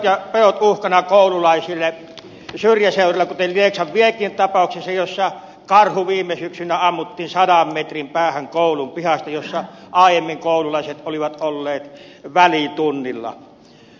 ovathan pedot uhkana koululaisille syrjäseuduilla kuten lieksan viekin tapauksessa jossa karhu viime syksynä ammuttiin sadan metrin päähän koulun pihasta jossa aiemmin koululaiset olivat olleet välitunnilla